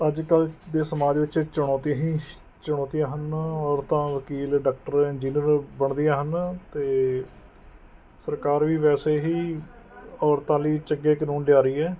ਅੱਜ ਕੱਲ੍ਹ ਦੇ ਸਮਾਜ ਵਿੱਚ ਚੁਣੌਤੀ ਹੀ ਸ਼ ਚੁਣੌਤੀਆਂ ਹਨ ਔਰਤਾਂ ਵਕੀਲ ਡਾਕਟਰ ਇੰਜੀਨੀਅਰ ਬਣਦੀਆਂ ਹਨ ਅਤੇ ਸਰਕਾਰ ਵੀ ਵੈਸੇ ਹੀ ਔਰਤਾਂ ਲਈ ਚੰਗੇ ਕਾਨੂੰਨ ਲਿਆ ਰਹੀ ਹੈ